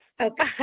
Okay